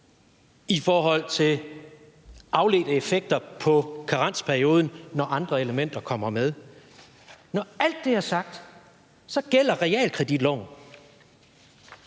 i forhold til afledte effekter på karensperioden, når andre elementer kommer med. Når alt det er sagt, gælder realkreditloven,